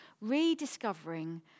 rediscovering